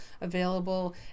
available